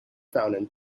fountain